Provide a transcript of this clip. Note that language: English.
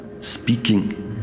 speaking